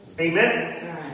Amen